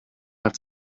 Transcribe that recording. have